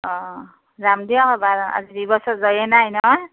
যাম দিয়ক এইবাৰ আজি দুই বছৰ যোৱাই নাই এনেও